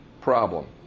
problem